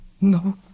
No